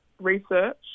research